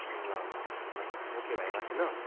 ल ल भाइ ल ओके भाइ राखेँ ल